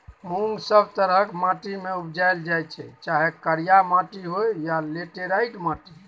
मुँग सब तरहक माटि मे उपजाएल जाइ छै चाहे करिया माटि होइ या लेटेराइट माटि